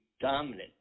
dominant